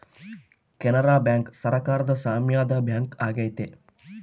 Canara bank ಸರಕಾರದ ಸಾಮ್ಯದ bank ಆಗೈತೆ